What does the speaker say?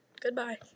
Goodbye